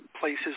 places